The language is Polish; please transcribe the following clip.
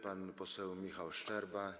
Pan poseł Michał Szczerba.